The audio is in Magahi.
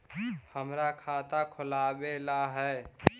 हमरा खाता खोलाबे ला है?